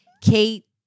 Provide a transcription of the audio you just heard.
Kate